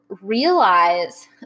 realize